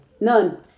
None